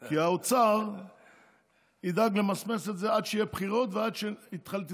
כי האוצר ידאג למסמס את זה עד שיהיו בחירות ועד שתתחלף